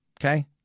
Okay